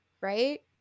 right